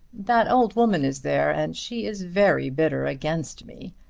that old woman is there, and she is very bitter against me.